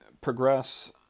progress